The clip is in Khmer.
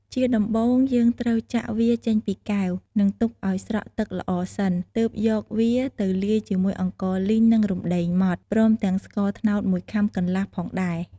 ជាដំបូង យើងត្រូវចាក់វាចេញពីកែវ និង ទុកឱស្រក់ទឹកល្អសិន ទើបយកវាទៅលាយជាមួយអង្ករលីង និង រំដេងម៉ដ្ឋ ព្រមទាំងស្ករត្នោត ១ខាំកន្លះផងដែរ។